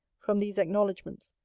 from these acknowledgements,